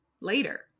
later